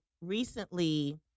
recently